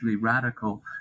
radical